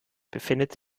befindet